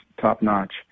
top-notch